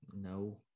no